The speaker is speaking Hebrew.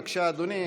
בבקשה, אדוני.